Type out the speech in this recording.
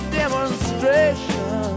demonstration